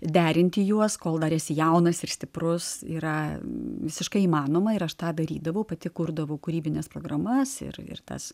derinti juos kol dar esi jaunas ir stiprus yra visiškai įmanoma ir aš tą darydavau pati kurdavau kūrybines programas ir ir tas